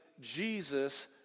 Jesus